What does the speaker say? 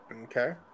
Okay